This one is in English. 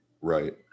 Right